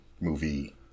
movie